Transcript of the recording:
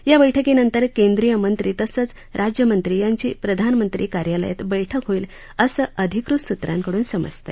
या बैठकीनंतर केंद्रीय मंत्री तसंच राज्यमंत्री यांची प्रधानमंत्री कार्यालयात बैठक होईल असं अधिकृत सूत्रांकडून समजतं